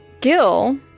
Gil